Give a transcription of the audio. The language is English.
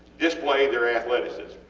display their athleticism.